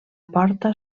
porta